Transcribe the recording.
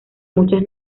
muchas